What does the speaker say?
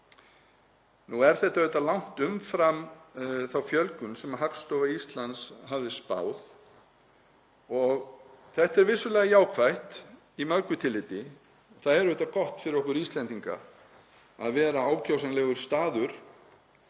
Nú er þetta langt umfram þá fjölgun sem Hagstofa Íslands hafði spáð. Þetta er vissulega jákvætt í mörgu tilliti. Það er auðvitað gott fyrir okkur Íslendinga að Ísland sé ákjósanlegur staður,